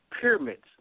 pyramids